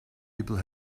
people